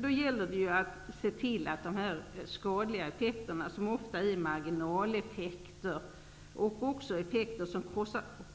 Det gäller då att se till att de skadliga effekterna, som ofta är marginaleffekter och ofta effekter som